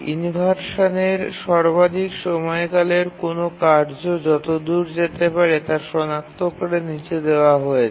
ইনভারশানের সর্বাধিক সময়কালের কোনও কার্য যতদূর যেতে পারে তা সনাক্ত করে নীচে দেওয়া হয়েছে